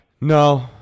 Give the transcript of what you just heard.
No